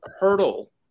hurdle